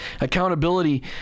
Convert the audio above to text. Accountability